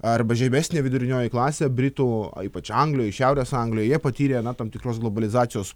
arba žemesnė vidurinioji klasė britų ypač anglijoje šiaurės anglijoje jie patyrė na tam tikros globalizacijos